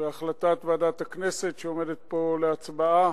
והחלטת ועדת הכנסת שעומדת פה להצבעה,